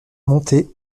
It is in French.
monté